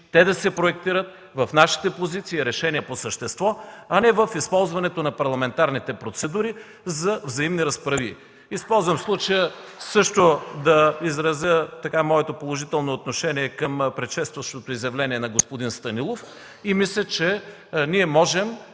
те да се проектират в нашите позиции и решения по същество, а не в използването на парламентарните процедури за взаимни разправии. (Ръкопляскания от КБ.) Използвам случая също да изразя моето положително отношение към предшестващото изявление на господин Станилов и мисля, че ние можем